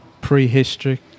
prehistory